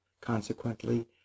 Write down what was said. consequently